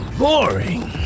boring